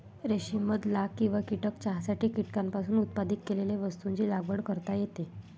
रेशीम मध लाख किंवा कीटक चहासाठी कीटकांपासून उत्पादित केलेल्या वस्तूंची लागवड करता येते